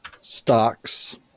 stocks